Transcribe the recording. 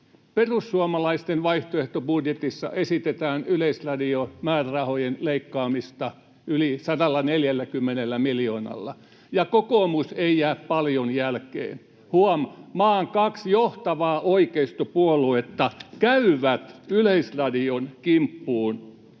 perussuomalaisten vaihtoehtobudjetissa esitetään Yleisradio-määrärahojen leikkaamista yli 140 miljoonalla, ja kokoomus ei jää paljon jälkeen. Huom. maan kaksi johtavaa oikeistopuoluetta käyvät Yleisradion kimppuun.